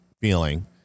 feeling